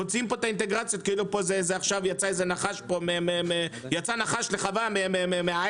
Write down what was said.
מוציאים פה את האינטגרציה כאילו יצא עכשיו איזה נחש לחווה מהעץ,